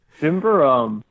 Remember